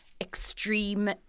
extreme